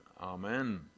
amen